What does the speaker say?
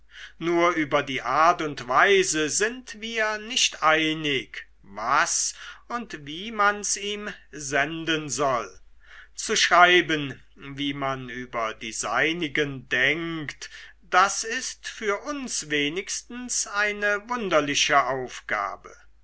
nur über die art und weise sind wir nicht einig was und wie man's ihm senden soll zu schreiben wie man über die seinigen denkt das ist für uns wenigstens eine wunderliche aufgabe